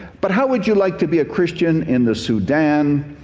but how would you like to be a christian in the sudan,